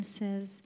says